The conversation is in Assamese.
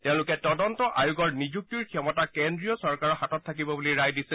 তেওঁলোকে তদন্ত আয়োগৰ নিযুক্তিৰ ক্ষমতা কেন্দ্ৰীয় চৰকাৰৰ হাতত থাকিব বুলি ৰায় দিছে